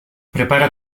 prepara